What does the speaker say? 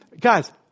guys